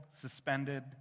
suspended